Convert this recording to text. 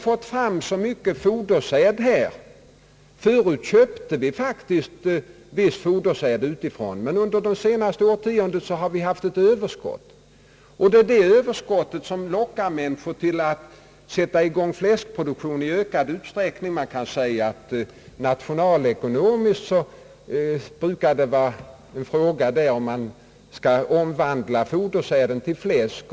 Förut köpte vi faktiskt viss fodersäd utifrån, men under det senaste årtiondet har vi haft ett överskott. Detta överskott lockar människor till att sätta i gång fläskproduktion i ökad utsträckning. Man kan säga att det ur nationalekonomisk synpunkt är en öppen fråga om man skall omvandla fodersäden till fläsk.